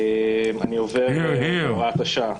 אני עובר להוראת השעה.